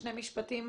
שני משפטים